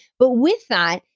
but with that,